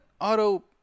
auto